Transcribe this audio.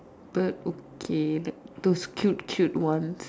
bird okay like those cute cute ones